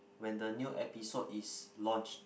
when the new episode is launched